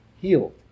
healed